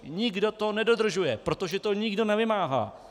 Nikdo to nedodržuje, protože to nikdo nevymáhá.